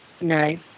no